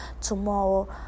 tomorrow